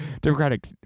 Democratic